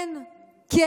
כן.